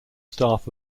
staff